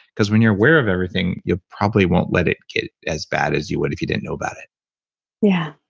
because when you're aware of everything, you probably won't let it get as bad as you would if you didn't know about it yeah